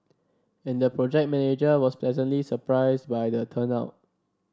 and the project manager was pleasantly surprised by the turnout